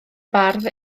bardd